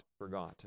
forgotten